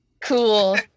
Cool